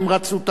תודה רבה.